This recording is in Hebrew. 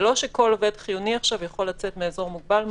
זה לא שכל עובד חיוני יכול לצאת מהאזור המוגבל.